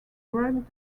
rugged